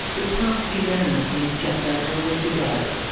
was passed unanimously just over a week ago.